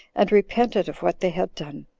and repented of what they had done.